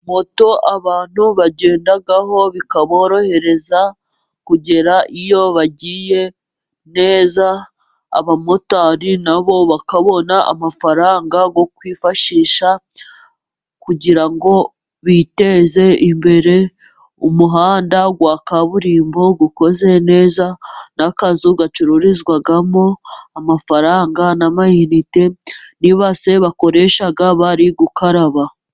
Moto abantu bagendaho bikaborohereza kugera iyo bagiye neza, abamotari na bo bakabona amafaranga yo kwifashisha kugira ngo biteze imbere. Umuhanda wa kaburimbo ukoze neza, n'akazu gacururizwamo amafaranga n'amayinite n'ibase bakoresha bari gukaraba.